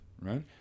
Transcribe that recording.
right